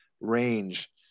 range